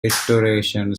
restoration